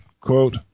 quote